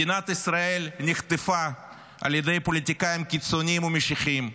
מדינת ישראל נחטפה על ידי פוליטיקאים קיצוניים ומשיחיים,